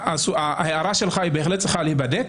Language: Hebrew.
ההערה שלך בהחלט צריכה להיבדק,